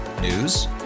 News